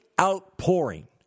outpouring